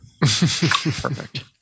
perfect